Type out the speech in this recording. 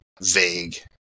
vague